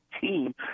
team